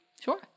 Sure